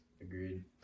Agreed